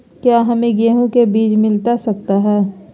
क्या हमे गेंहू के बीज मिलता सकता है?